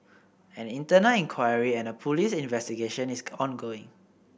an internal inquiry and a police investigation is ongoing